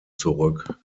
zurück